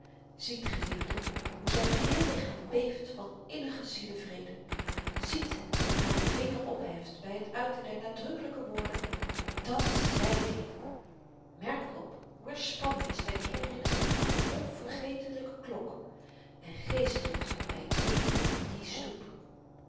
ziet geliefden hoe zyn geheel lichaam beeft van innigen zielevrede ziet hoe hy den vinger opheft by het uiten der nadrukkelyke woorden dat zeiti merkt op hoe er spanning is by die herinnering aan de onvergetelyke klok en geestdrift by het meten van die stoep